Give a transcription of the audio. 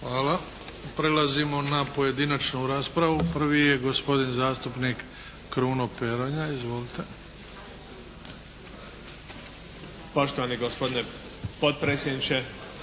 Hvala. Prelazimo na pojedinačnu raspravu. Prvi je gospodin zastupnik Kruno Peronja. Izvolite. **Peronja, Kruno